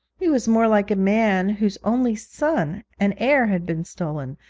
he was more like a man whose only son and heir had been stolen,